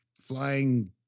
flying